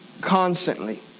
constantly